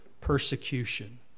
persecution